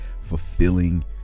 fulfilling